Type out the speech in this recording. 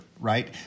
right